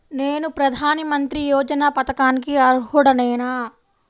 నేను ప్రధాని మంత్రి యోజన పథకానికి అర్హుడ నేన?